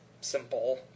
simple